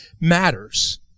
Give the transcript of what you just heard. matters